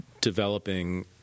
developing